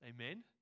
Amen